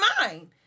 mind